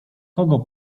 kogo